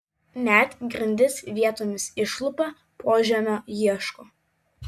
net grindis vietomis išlupa požemio ieško